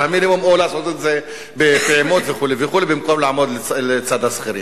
המינימום או לעשות את זה בפעימות וכו' וכו' במקום לעמוד לצד השכירים.